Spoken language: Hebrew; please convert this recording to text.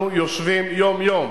אנחנו יושבים יום-יום,